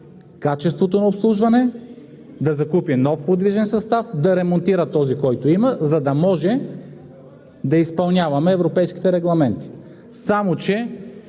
качеството на обслужване, да закупи нов подвижен състав, да ремонтира този, който има, за да може да изпълняваме европейските регламенти. Само че